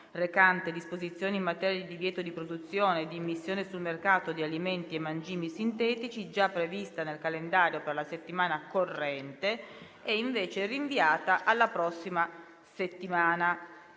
recante disposizioni in materia di divieto di produzione e di immissione sul mercato di alimenti e mangimi sintetici, già prevista nel calendario per la settimana corrente, è invece rinviata alla prossima settimana.